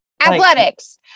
athletics